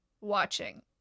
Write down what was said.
watching